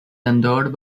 endowed